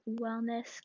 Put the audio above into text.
wellness